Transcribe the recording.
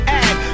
add